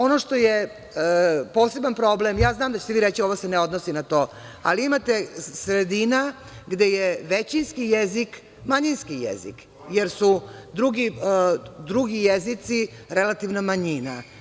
Ono što je poseban problem, znam da ćete vi reći da se ovo ne odnosi na to, ali imate sredina gde je većinski jezik – manjinski jezik, jer su drugi jezici relativna manjina.